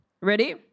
Ready